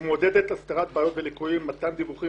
תרבות זו מעודדת הסתרת ליקויים ומתן דיווחים